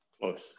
Close